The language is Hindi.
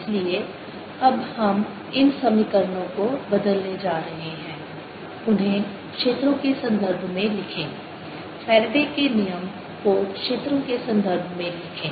इसलिए अब हम इन समीकरणों को बदलने जा रहे हैं उन्हें क्षेत्रों के संदर्भ में लिखें फैराडे के नियम Faraday's law को क्षेत्रों के संदर्भ में लिखें